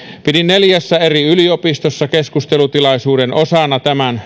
pidin neljässä eri yliopistossa keskustelutilaisuuden osana tämän